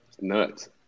nuts